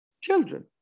children